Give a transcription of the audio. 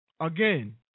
again